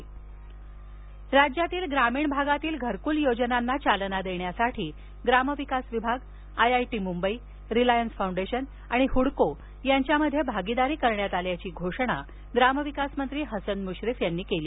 राज्य सरकार राज्यातील ग्रामीण भागातील घरकूल योजनांना चालना देण्यासाठी ग्रामविकास विभाग आयआयटी मुंबई रिलायन्स फाऊंडेशन आणि हडको यांच्यामध्ये भागीदारी करण्यात आल्याची घोषणा ग्रामविकासमंत्री हसन मृश्रीफ यांनी केली